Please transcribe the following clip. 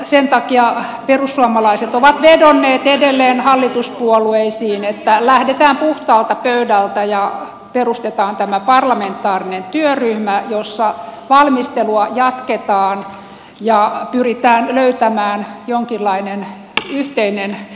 sen takia perussuomalaiset ovat vedonneet edelleen hallituspuolueisiin että lähdetään puhtaalta pöydältä ja perustetaan tämä parlamentaarinen työryhmä jossa valmistelua jatketaan ja pyritään löytämään jonkinlainen yhteinen näkemys